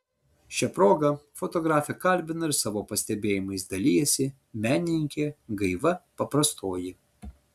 šia proga fotografę kalbina ir savo pastebėjimais dalijasi menininkė gaiva paprastoji